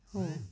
हो